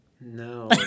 No